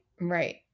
right